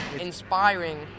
Inspiring